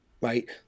right